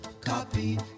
Copy